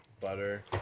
butter